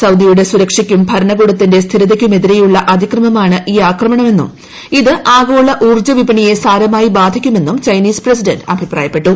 സൌദിയുടെ സുരക്ഷയ്ക്കും ഭരണകൂടത്തിന്റെ സ്ഥിരതയ്ക്കുമെതിരെയുള്ള അതിക്രമമാണ് ഈ ആക്രമണമെന്നും ഇത് ആഗോള ഊർജ വിപണിയെ സാരമായി ബാധിക്കുമെന്നും ചൈനീസ് പ്രസിഡന്റ് അഭിപ്രായപ്പെട്ടു